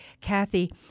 Kathy